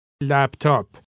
Laptop